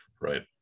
right